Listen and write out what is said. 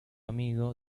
amigo